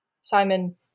Simon